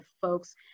folks